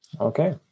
okay